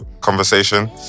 conversation